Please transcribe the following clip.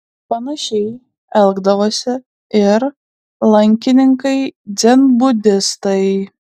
panašiai elgdavosi ir lankininkai dzenbudistai